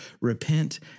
Repent